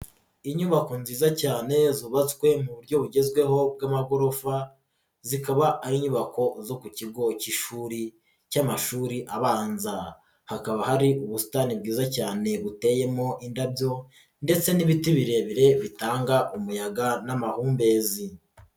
Inyubako nziza cyane zubatswe mu buryo bugezweho bw'amagorofa zikaba ari inyubako zo ku kigo k'ishuri cy'amashuri abanza, hakaba hari ubusitani bwiza cyane buteyemo indabyo ndetse n'ibiti birebire bitanga umuyaga n'amahumbezi.